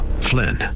Flynn